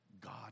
God